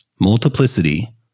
multiplicity